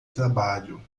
trabalho